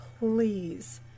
Please